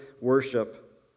worship